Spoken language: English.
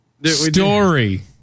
story